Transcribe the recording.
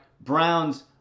Browns